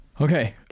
Okay